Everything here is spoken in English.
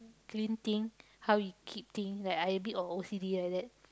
clean thing how he keep thing like I a bit of O_C_D liddat